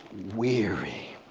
weary,